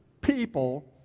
people